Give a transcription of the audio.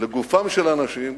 לגופם של אנשים,